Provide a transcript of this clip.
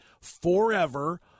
forever